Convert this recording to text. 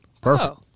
perfect